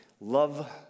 Love